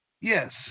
Yes